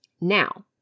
Now